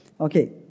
Okay